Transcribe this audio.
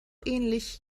ähnlich